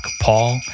Paul